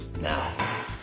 Now